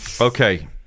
okay